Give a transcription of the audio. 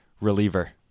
reliever